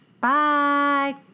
Bye